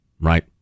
right